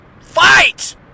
Fight